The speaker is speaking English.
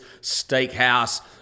steakhouse